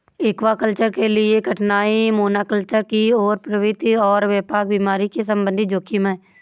aquaculture के लिए कठिनाई मोनोकल्चर की ओर प्रवृत्ति और व्यापक बीमारी के संबंधित जोखिम है